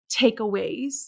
takeaways